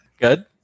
Good